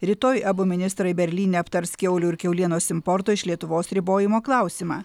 rytoj abu ministrai berlyne aptars kiaulių ir kiaulienos importo iš lietuvos ribojimo klausimą